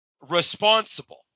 responsible